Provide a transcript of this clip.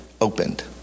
opened